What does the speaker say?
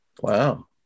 Wow